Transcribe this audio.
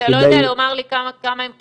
אתה לא יודע לומר לי כמה קיבלו?